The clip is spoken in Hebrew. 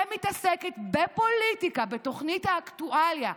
שמתעסקת בפוליטיקה בתוכנית האקטואליה,